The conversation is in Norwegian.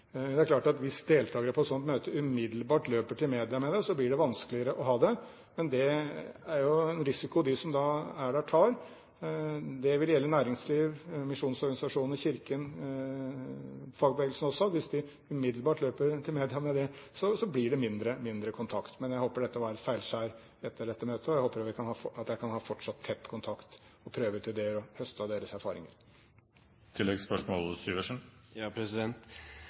Det er klart at hvis deltakere på et slikt møte umiddelbart løper til media med det, blir det vanskeligere å ha det, men det er jo en risiko de som er der, tar. Det vil gjelde næringslivet, misjonsorganisasjonene, Kirken, fagbevegelsen også. Hvis de umiddelbart løper til media med det, blir det mindre kontakt. Men jeg håper at dette var et feilskjær etter dette møtet, og jeg håper at jeg kan ha fortsatt tett kontakt for å prøve ut ideer og høste av deres